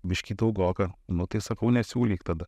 biškį daugoka nu tai sakau nesiūlyk tada